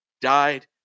died